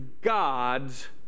God's